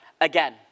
again